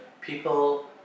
people